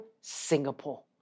Singapore